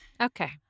Okay